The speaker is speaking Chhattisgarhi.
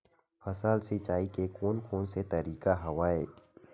फसल सिंचाई के कोन कोन से तरीका हवय?